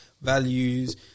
values